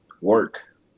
work